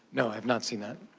no, i have not seen that.